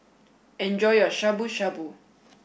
enjoy your Shabu Shabu